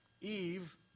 Eve